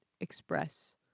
express